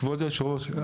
כבוד יושב הראש,